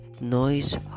noise